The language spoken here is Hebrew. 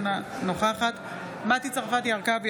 אינה נוכחת מטי צרפתי הרכבי,